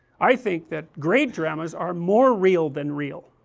i think that great dramas are more real than real,